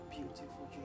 Beautiful